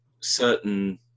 certain